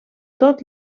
tot